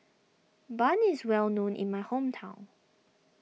Bun is well known in my hometown